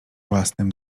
własnym